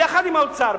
יחד עם האוצר,